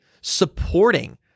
supporting